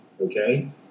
Okay